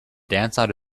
downside